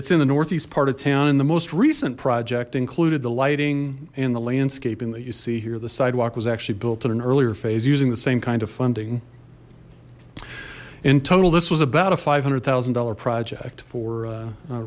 it's in the northeast part of town and the most recent project included the lighting and the landscaping that you see here the sidewalk was actually built at an earlier phase using the same kind of funding in total this was about a five hundred thousand dollar project for